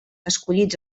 escollits